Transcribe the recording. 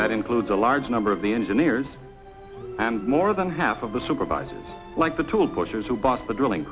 that includes a large number of the engineers and more than half of the supervisors like the tool pushers who bought the